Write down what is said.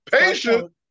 Patient